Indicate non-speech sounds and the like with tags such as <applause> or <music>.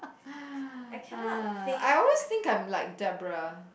<noise> ah I always think I'm like Debra